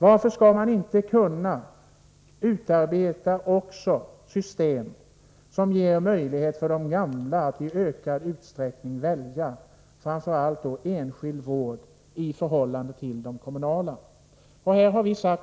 Varför skall man inte kunna utarbeta system som ger möjlighet för de gamla att i ökad utsträckning välja framför allt enskild vård i stället för kommunala.